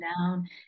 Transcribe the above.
down